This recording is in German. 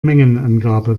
mengenangabe